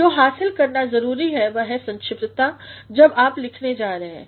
तो जो हासिल करन जरुरी है वह है संक्षिप्प्ता जब आप लिखने जा रहे हैं